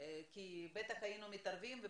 ואנחנו מתקדמים עם הקמת הבית הזה.